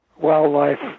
wildlife